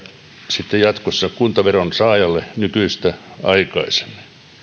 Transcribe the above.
sitten jatkossa kuntaveronsaajalle nykyistä aikaisemmin